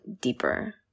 deeper